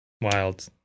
Wild